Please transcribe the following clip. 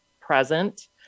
present